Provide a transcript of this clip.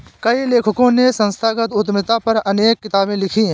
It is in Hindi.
कई लेखकों ने संस्थागत उद्यमिता पर अनेक किताबे लिखी है